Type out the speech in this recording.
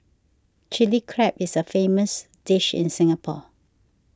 Chilli Crab is a famous dish in Singapore